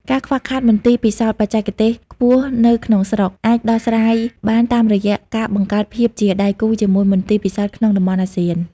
ការខ្វះខាតមន្ទីរពិសោធន៍បច្ចេកទេសខ្ពស់នៅក្នុងស្រុក អាចដោះស្រាយបានតាមរយៈការបង្កើតភាពជាដៃគូជាមួយមន្ទីរពិសោធន៍ក្នុងតំបន់អាស៊ាន។